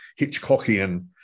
Hitchcockian